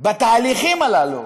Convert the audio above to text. בתהליכים הללו,